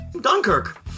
Dunkirk